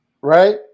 right